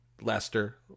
Lester